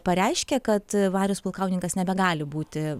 pareiškia kad marius pulkauninkas nebegali būti